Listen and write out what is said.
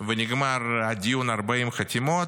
ונגמר דיון 40 חתימות,